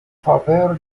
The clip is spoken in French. faveur